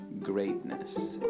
greatness